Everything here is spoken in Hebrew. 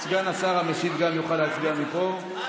סגן השרה המשיב גם יוכל להצביע מפה.